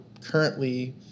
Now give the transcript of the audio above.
currently